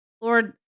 Lord